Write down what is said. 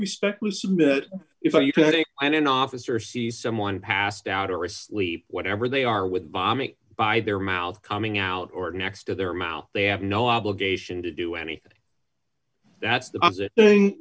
submit if you think i'm an officer sees someone passed out or asleep whatever they are with bombing by their mouth coming out or next to their mouth they have no obligation to do anything that's the opposite thing